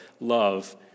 love